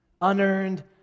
Unearned